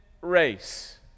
race